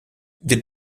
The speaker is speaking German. wir